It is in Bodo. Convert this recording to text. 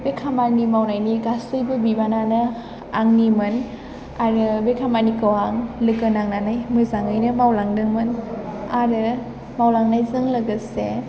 बे खामानि मावनायनि गासैबो बिबानानो आंनिमोन आरो बे खामानिखौ आं लोगो नांनानै मोजाङैनो मावलांदोंमोन आरो मावलांनायजों लोगोसे